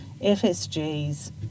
FSGs